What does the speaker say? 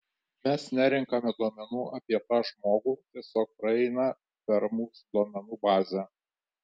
mes nerenkame duomenų apie tą žmogų tiesiog praeina per mūsų duomenų bazę